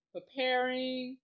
Preparing